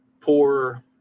poor